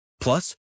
Plus